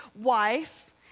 wife